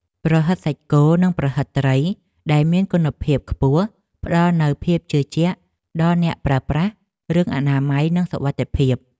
ប្រហិតសាច់គោនិងប្រហិតត្រីដែលមានគុណភាពខ្ពស់ផ្តល់នូវភាពជឿជាក់ដល់អ្នកប្រើប្រាស់រឿងអនាម័យនិងសុវត្ថិភាព។